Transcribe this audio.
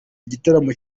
igitaramo